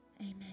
Amen